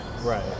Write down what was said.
Right